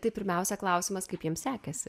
tai pirmiausia klausimas kaip jiems sekėsi